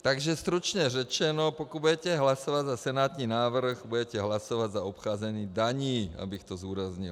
Takže stručně řečeno, pokud budete hlasovat za senátní návrh, budete hlasovat za obcházení daní, abych to zdůraznil.